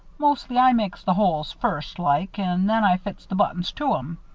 mostly i makes the holes first like and then i fits the buttons to em.